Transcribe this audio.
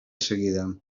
seguida